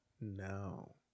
No